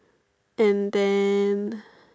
and then